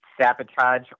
sabotage